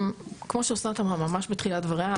כמו שאסנת אמרה ממש בתחילת דבריה,